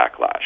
backlash